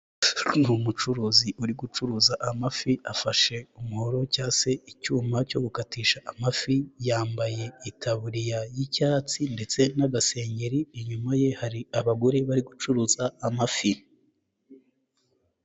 Ni umucuruzi uri gucuruza amafi, afashe umuhoro cyangwa se icyuma cyo gukatisha amafi, yambaye itaburiya y'icyatsi ndetse n'agasengeri, inyuma ye hari abagore bari gucuruza amafi.